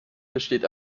besteht